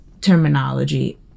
terminology